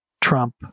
Trump